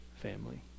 family